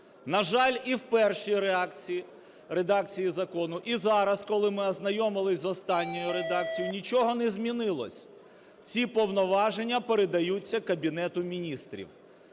На жаль, і в першій редакції закону, і зараз, коли ми ознайомились з останньою редакцією, нічого не змінилося. Ці повноваження передаються Кабінету Міністрів.